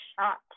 shot